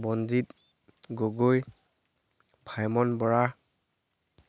Banajit Gogoi Bhaiman Bora